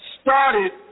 started